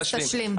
אז תשלים.